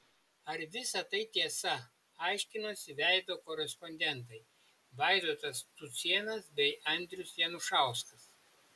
ar visa tai tiesa aiškinosi veido korespondentai vaidotas cucėnas bei andrius janušauskas